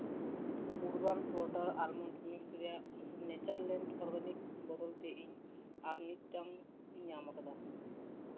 urban Platter almond milk ᱨᱮᱭᱟᱜ Natureland Organics ᱵᱚᱫᱚᱞᱛᱮ ᱤᱧ ᱟᱨ ᱢᱤᱫᱴᱟᱝ ᱤᱧ ᱧᱟᱢᱟᱠᱟᱫᱟ